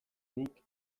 nik